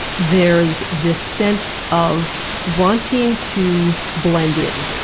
there's this sense of wanting to blend in.